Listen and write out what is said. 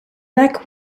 lack